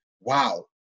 wow